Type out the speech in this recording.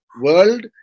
world